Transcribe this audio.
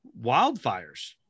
wildfires